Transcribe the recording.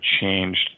changed